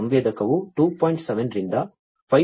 7 ರಿಂದ 5